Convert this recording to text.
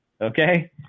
okay